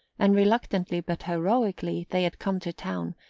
and reluctantly but heroically they had come to town,